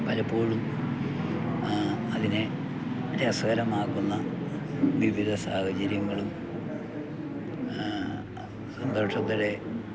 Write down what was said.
പലപ്പോഴും അതിനെ രസകരമാക്കുന്ന വിവിധ സാഹചര്യങ്ങളും സന്തോഷത്തിലെ